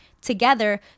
together